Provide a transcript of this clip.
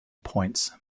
points